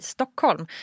Stockholm